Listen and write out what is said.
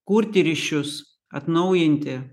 kurti ryšius atnaujinti